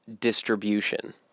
distribution